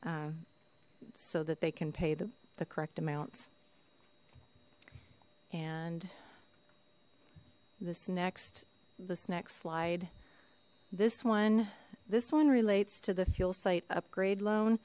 so that they can pay the correct amounts and this next this next slide this one this one relates to the fuel site upgrade loan